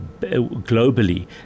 globally